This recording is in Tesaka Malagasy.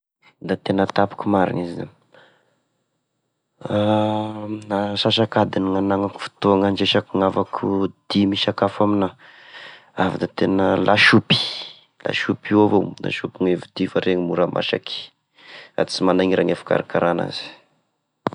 Da tegna tapoky marigny izy izagny, ansasak'adigny ny agnanako fotoagna andraisako ny havako dimy hisakafo amigna, ary da tegna lasopy, lasopy io avao, lasopy ny vidia fa regny mora masaky, sady sy manahira ny fikarakara anazy.